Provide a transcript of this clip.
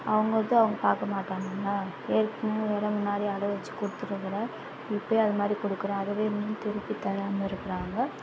அவங்க இது அவங்க பார்க்கமாட்டாங்களா ஏற்கனவே வேறு நிறைய அடகு வச்சு கொடுத்துட்ட போல் இப்போயும் அதை மாதிரி கொடுக்குற அதவே மீட்டு திருப்பி தரமாக இருக்கிறாங்க